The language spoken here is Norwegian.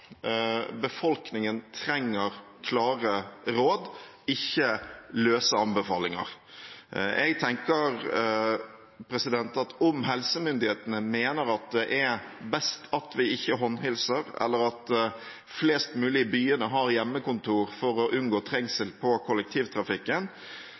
Befolkningen trenger klare råd, ikke løse anbefalinger. Jeg tenker at om helsemyndighetene mener det er best at vi ikke håndhilser, eller at flest mulig i byene har hjemmekontor for å unngå